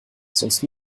sonst